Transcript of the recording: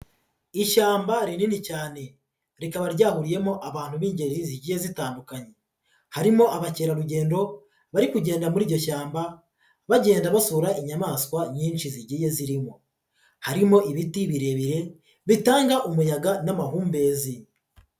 Ishyamba rinini cyane. Rikaba ryahuriyemo abantu b'ingeri zigiye zitandukanye. Harimo abakerarugendo bari kugenda muri iryo shyamba, bagenda basora inyamaswa nyinshi zigiye zirimo. Harimo ibiti birebire, bitanga umuyaga n'amahumbezi.